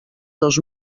dos